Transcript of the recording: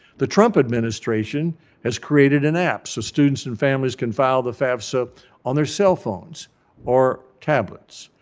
the trump administration has created an app so students and families can file the fafsa on their cell phones or tablets.